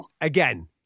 Again